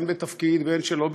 הן בתפקיד והן שלא בתפקיד,